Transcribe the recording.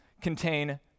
contain